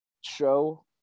show